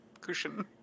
cushion